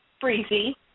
breezy